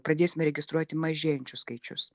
pradėsime registruoti mažėjančius skaičius